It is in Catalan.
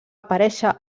aparèixer